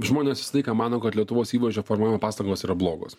žmonės visą laiką mano kad lietuvos įvaizdžio formavimo pastangos yra blogos